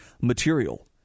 material